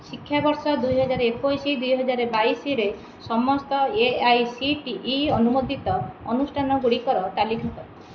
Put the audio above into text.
ଶିକ୍ଷାବର୍ଷ ଦୁଇହାଜର ଏକୋଇଶ ଦୁଇହାଜର ବାଇଶିରେ ସମସ୍ତ ଏ ଆଇ ସି ଟି ଇ ଅନୁମୋଦିତ ଅନୁଷ୍ଠାନଗୁଡ଼ିକର ତାଲିକା କର